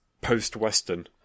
post-western